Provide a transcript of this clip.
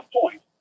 point